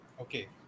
Okay